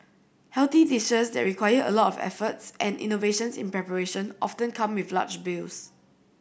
healthy dishes that require a lot of efforts and innovations in preparation often come with large bills